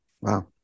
Wow